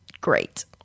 great